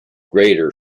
greater